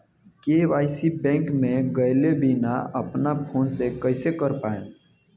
KYC bank मे गएले बिना अपना फोन से कइसे कर पाएम?